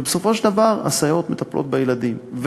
ובסופו של דבר הסייעות מטפלות בילדים.